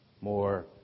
more